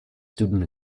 student